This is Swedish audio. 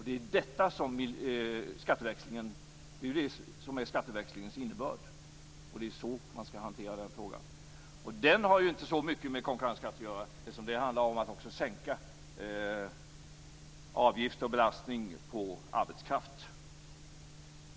Det är det som är skatteväxlingens innebörd. Det är så man skall hantera den frågan. Den frågan har inte så mycket med konkurrenskraft att göra, eftersom det handlar om att också sänka avgifter och om belastning på arbetskraft.